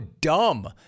dumb